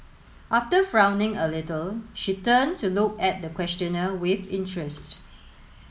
after frowning a little she turned to look at the questioner with interest